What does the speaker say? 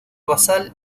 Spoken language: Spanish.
basal